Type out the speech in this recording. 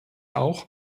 auch